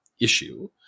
issue